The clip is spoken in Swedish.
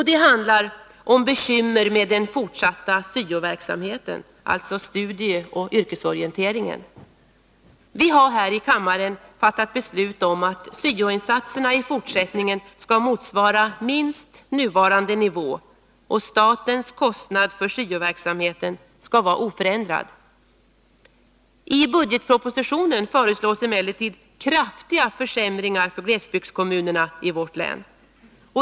Det handlar om bekymmer med den fortsatta syo-verksamheten, alltså studieoch yrkesorienteringen. Vi har här i kammaren fattat beslut om att syo-insatserna i fortsättningen skall motsvara minst nuvarande nivå och att statens kostnad för syoverksamheten skall vara oförändrad. I budgetpropositionen föreslås emellertid kraftiga försämringar för glesbygdskommunerna i vårt län.